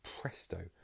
presto